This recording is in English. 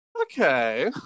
Okay